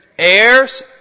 Heirs